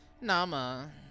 Nama